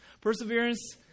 Perseverance